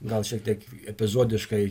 gal šiek tiek epizodiškai